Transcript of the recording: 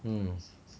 mm